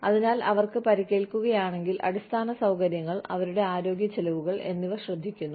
അതിനാൽ അവർക്ക് പരിക്കേൽക്കുകയാണെങ്കിൽ അടിസ്ഥാന സൌകര്യങ്ങൾ അവരുടെ ആരോഗ്യ ചെലവുകൾ എന്നിവ ശ്രദ്ധിക്കുന്നു